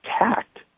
attacked